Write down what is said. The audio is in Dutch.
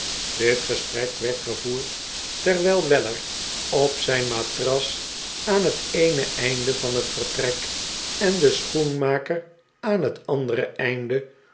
dit gesprek werd gevoerd terwijl weller op zijn matras aah het eene einde van het vertrek en de schoenmaker aan het andere einde